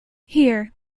here